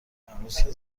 امروزکه